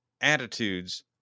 attitudes